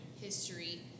History